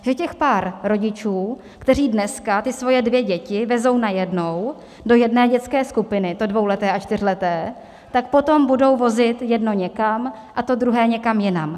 Že těch pár rodičů, kteří dneska svoje dvě děti vezou najednou do jedné dětské skupiny, to dvouleté a čtyřleté, potom budou vozit jedno někam a to druhé někam jinam.